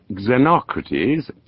Xenocrates